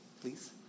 Please